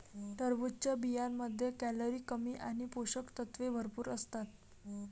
टरबूजच्या बियांमध्ये कॅलरी कमी आणि पोषक तत्वे भरपूर असतात